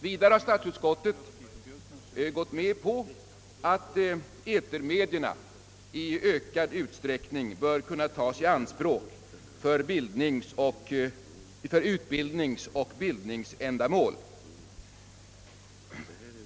Vidare har statsutskottet tillstyrkt att etermedierna i ökad utsträckning bör kunna tas i anspråk för utbildningsoch bildningsändamål.